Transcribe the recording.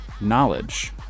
knowledge